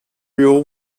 real